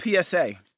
PSA